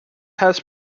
has